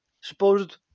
supposed